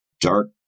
dark